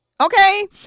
Okay